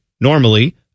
Normally